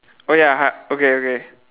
oh ya hy~ okay okay